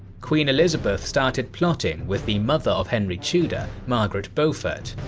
queen elizabeth started plotting with the mother of henry tudor margaret beaufort.